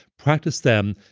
practice them,